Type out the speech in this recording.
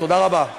תודה רבה.